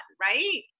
right